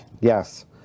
Yes